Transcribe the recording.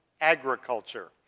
Agriculture